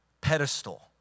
pedestal